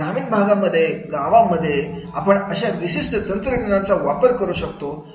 ग्रामीण भागामध्ये गावांमध्ये आपण अशा विशिष्ट तंत्रज्ञानाचा वापर करू शकतो